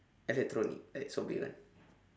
electronic I like sobri one